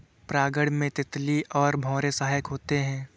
परागण में तितली और भौरे सहायक होते है